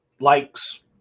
likes